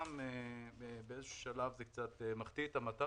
וגם באיזשהו שלב זה מחטיא את המטרה.